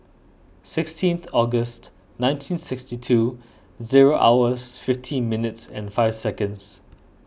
sixteen August nineteen sixty two zero hours fifteen minutes and five seconds